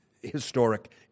historic